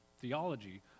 theology